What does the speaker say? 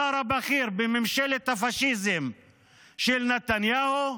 השר הבכיר בממשלת הפשיזם של נתניהו,